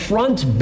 front